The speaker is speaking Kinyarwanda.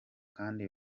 kandi